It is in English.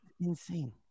Insane